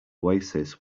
oasis